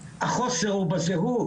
החוסר הוא בזהות,